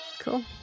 Cool